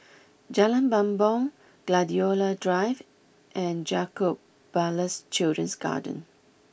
Jalan Bumbong Gladiola Drive and Jacob Ballas Children's Garden